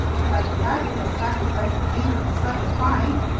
but i'd gladly have sacrificed a finger for such a find!